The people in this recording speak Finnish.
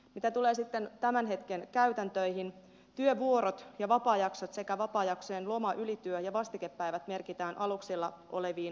mitä tulee sitten tämän hetken käytäntöihin työvuorot ja vapaajaksot sekä vapaajaksojen loma ylityö ja vastikepäivät merkitään aluksilla oleviin vuoroluetteloihin